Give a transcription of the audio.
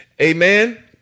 Amen